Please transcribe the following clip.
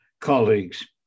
colleagues